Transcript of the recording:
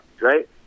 right